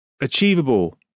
achievable